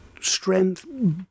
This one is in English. strength